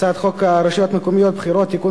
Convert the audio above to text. הצעת חוק הרשויות המקומיות (בחירות) (תיקון